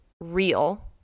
real